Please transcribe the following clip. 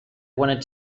wanted